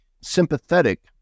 sympathetic